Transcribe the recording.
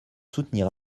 soutenir